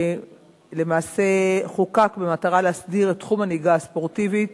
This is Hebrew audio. למעשה חוקק במטרה להסדיר את תחום הנהיגה הספורטיבית